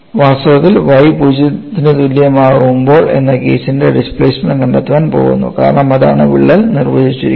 വാസ്തവത്തിൽ y 0 ന് തുല്യമാകുമ്പോൾ എന്ന കേസിന്റെ ഡിസ്പ്ലേസ്മെൻറ് കണ്ടെത്താൻ പോകുന്നു കാരണം അതാണ് വിള്ളൽ നിർവചിക്കുന്നത്